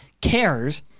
cares